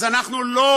אז אנחנו לא